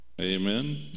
Amen